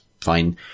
fine